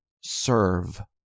serve